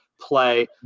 play